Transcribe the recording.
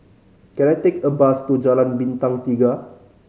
can I take a bus to Jalan Bintang Tiga